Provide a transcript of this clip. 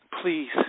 please